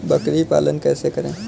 बकरी पालन कैसे करें?